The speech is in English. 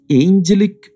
angelic